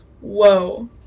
Whoa